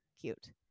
cute